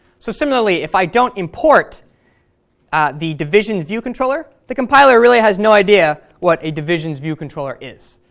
so similarly, if i don't import the divisionsviewcontroller the compiler really has no idea what a divisionsviewcontroller is.